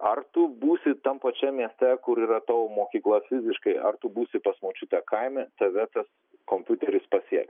ar tu būsi tam pačiam mieste kur yra tavo mokykla fiziškai ar tu būsi pas močiutę kaime tave tas kompiuteris pasieks